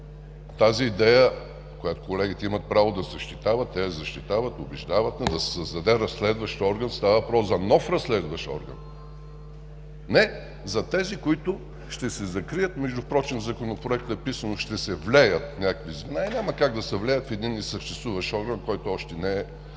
тази идея, която колегите имат право да защитават, те я защитават, убеждават ни – да се създаде разследващ орган, става въпрос за нов разследващ орган – не за тези, които ще се закрият. Впрочем, в Законопроекта е записано „ще се влеят в“. Няма как да се влеят в един несъществуващ орган, който още не е